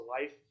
life